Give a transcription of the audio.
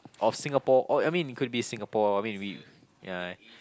of Singapore or I mean it could be Singapore I mean we ya